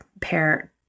pair